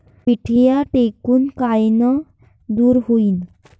पिढ्या ढेकूण कायनं दूर होईन?